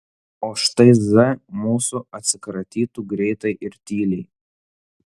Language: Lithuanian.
o štai z mūsų atsikratytų greitai ir tyliai